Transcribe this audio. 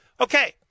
Okay